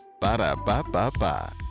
Ba-da-ba-ba-ba